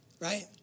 right